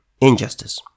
Injustice